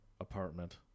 apartment